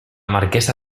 marquesa